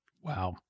Wow